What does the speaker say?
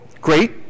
Great